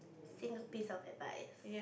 single piece of advice